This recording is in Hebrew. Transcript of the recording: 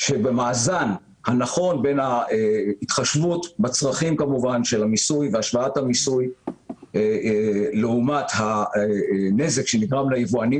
שהאיזון הנכון בין הצורך במיסוי לבין הנזק שנגרם ליבואנים,